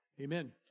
Amen